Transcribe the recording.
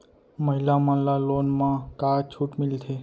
महिला मन ला लोन मा का छूट मिलथे?